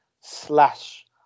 slash